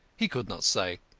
he could not say.